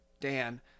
Dan